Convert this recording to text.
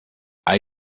all